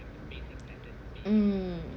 um